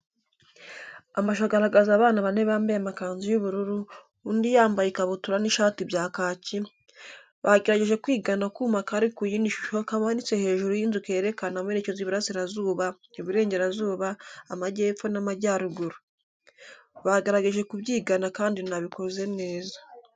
Amashusho agaragaza abana bamwe bambaye amakanzu y'ubururu undi yambaye ikabutura n' ishati bya kaki, bagerageje kwigana akuma kari ku yindi shusho kamanitse hejuru y'inzu kerekana amerekezo Iburasirazuba, Iburengerazuba, Amajyepfo n'Amajyaruguru. Bagerageje kubyigana Kandi nabikoze neza